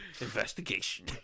Investigation